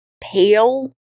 pale